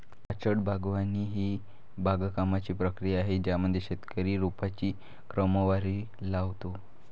orchard बागवानी ही बागकामाची प्रक्रिया आहे ज्यामध्ये शेतकरी रोपांची क्रमवारी लावतो